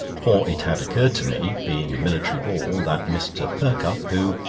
for it had occurred to me, being a military ball, that mr. perkupp, who,